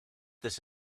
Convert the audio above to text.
this